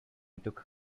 took